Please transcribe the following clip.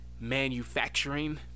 manufacturing